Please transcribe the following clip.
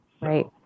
Right